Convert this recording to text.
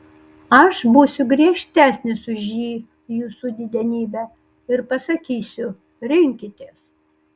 aš būsiu griežtesnis už ji jūsų didenybe ir pasakysiu rinkitės